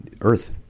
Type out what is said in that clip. earth